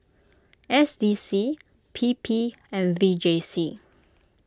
S D C P P and V J C